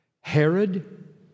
Herod